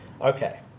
Okay